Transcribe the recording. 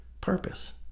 purpose